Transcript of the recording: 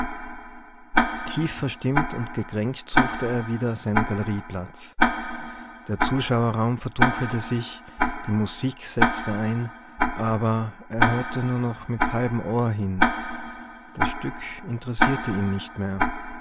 tief verstimmt und gekränkt suchte er wieder seinen galerieplatz der zuschauerraum verdunkelte sich die musik setzte ein aber er hörte nur noch mit halbem ohr hin das stück interessierte ihn nicht mehr